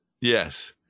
Yes